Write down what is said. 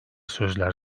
sözler